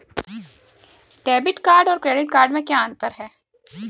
Debit card और credit card में क्या अंतर है?